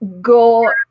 go